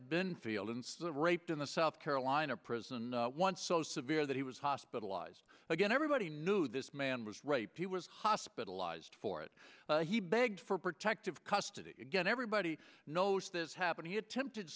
feeling raped in the south carolina prison one so severe that he was hospitalized again everybody knew this man was raped he was hospitalized for it he begged for protective custody again everybody knows this happened he attempted